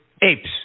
Apes